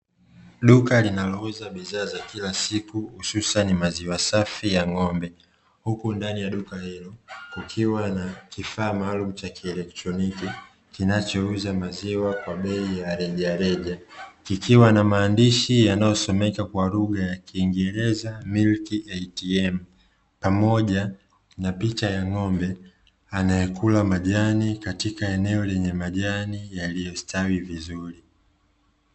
Duka linalouza bidhaa za kila siku hususani maziwa safi ya ng'ombe huku ndani ya duka hilo kukiwa na kifaa maalumu cha kieletroniki kinachouza maziwa kwa bei ya rejareja, kikiwa na maandishi yanayosomeka kwa lugha ya kiingereza "milk atm" pamoja na picha ya ng'ombe anekula majani katika eneo lenye majani yaliyostawi vizuri.